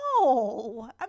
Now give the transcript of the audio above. No